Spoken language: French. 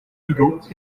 rideaux